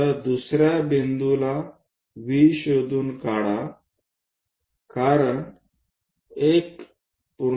तर दुसर्या बिंदूला V शोधून काढा कारण 1